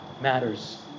matters